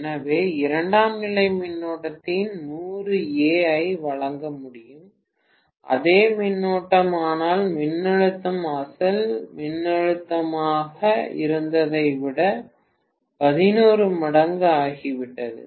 எனவே இரண்டாம் நிலை மின்னோட்டத்தின் 100 A ஐ வழங்க முடியும் அதே மின்னோட்டம் ஆனால் மின்னழுத்தம் அசல் மின்னழுத்தமாக இருந்ததை விட 11 மடங்கு ஆகிவிட்டது